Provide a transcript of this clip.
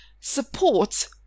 support